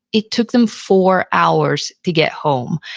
it took them four hours to get home.